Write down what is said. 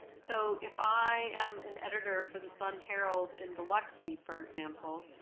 so if i am an editor for the sun herald in biloxi for example,